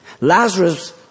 Lazarus